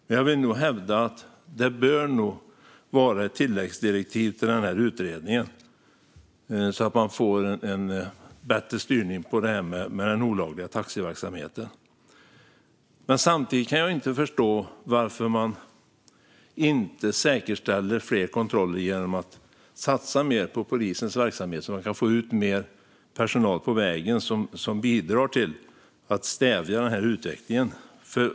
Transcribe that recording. Men jag vill nog hävda att det bör vara ett tilläggsdirektiv till utredningen, så att man får en bättre styrning vad gäller den olagliga taxiverksamheten. Samtidigt kan jag inte förstå varför man inte säkerställer fler kontroller genom att satsa mer på polisens verksamhet. Då skulle man kunna få ut mer personal på vägen som bidrar till att stävja denna utveckling.